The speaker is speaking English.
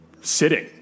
sitting